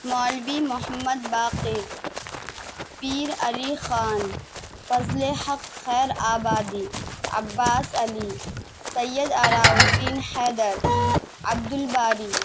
Malvi Muhammad Baqir Pir Ali Khan Fazl Haq Khairabadi Abbas Ali Syed Alauddin Haidar Abdul Bari